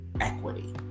equity